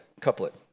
couplet